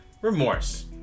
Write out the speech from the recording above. Remorse